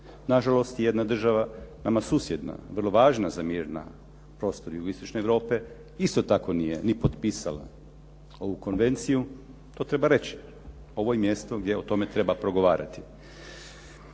Nažalost, i jedna država nama susjedna vrlo važna za mir na prostoru Jugoistočne Europe isto tako nije ni potpisala ovu konvenciju, to treba reći. Ovo je mjesto gdje o tome treba progovarati.